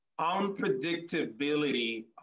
unpredictability